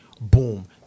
boom